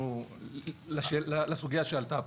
אנחנו לסוגיה שעלתה פה.